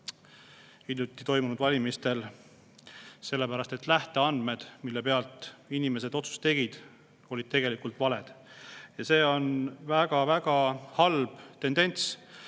hiljuti toimunud valimistel, sellepärast et lähteandmed, mille pealt inimesed otsust tegid, olid valed. Ja see on väga-väga halb tendents,